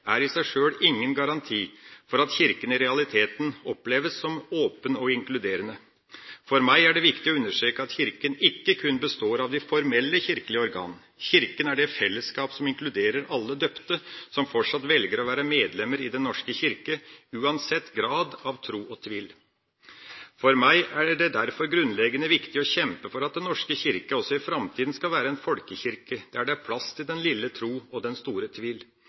er i seg sjøl ingen garanti for at Kirka i realiteten oppleves som åpen og inkluderende. For meg er det viktig å understreke at Kirka ikke kun består av de formelle kirkelige organer. Kirka er det fellesskapet som inkluderer alle døpte, som fortsatt velger å være medlemmer i Den norske kirke, uansett grad av tro og tvil. For meg er det derfor grunnleggende viktig å kjempe for at Den norske kirke også i framtida skal være en folkekirke, der det er plass til den lille tro og den store tvil.